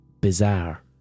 bizarre